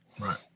Right